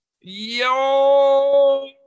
yo